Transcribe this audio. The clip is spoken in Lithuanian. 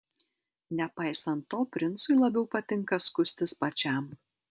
nepaisant to princui labiau patinka skustis pačiam